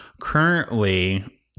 currently